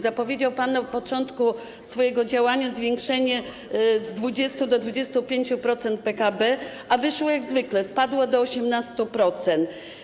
Zapowiedział pan na początku swojego działania zwiększenie z 20 do 25% PKB, a wyszło jak zwykle, spadło do 18%.